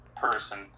person